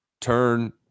turn